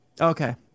okay